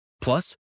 Plus